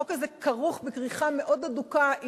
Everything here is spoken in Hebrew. החוק הזה כרוך בכריכה מאוד הדוקה עם